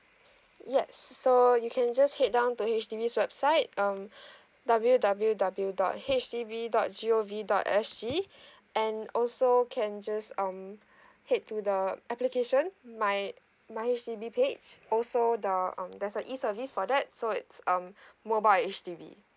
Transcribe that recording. yes so you can just head down to H_D_B website um W W W dot H D B dot G O V dot S G and also can just um head to the application my my H_D_B page also the um there's a e service for that so it's um mobile H_D_B